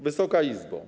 Wysoka Izbo!